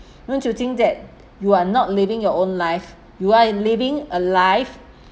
don't you think that you are not living your own life you are in living a life